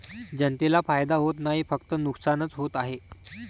जनतेला फायदा होत नाही, फक्त नुकसानच होत आहे